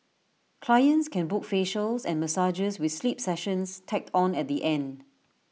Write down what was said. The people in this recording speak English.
clients can book facials and massages with sleep sessions tacked on at the end